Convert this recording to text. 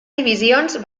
divisions